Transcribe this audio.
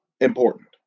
important